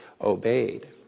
obeyed